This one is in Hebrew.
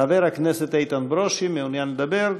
חבר הכנסת איתן ברושי, מעוניין לדבר?